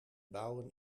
bouwen